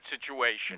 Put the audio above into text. situation